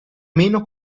meno